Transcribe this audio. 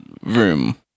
Room